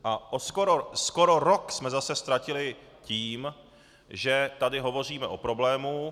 A skoro rok jsme zase ztratili tím, že tady hovoříme o problému.